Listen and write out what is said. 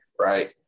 right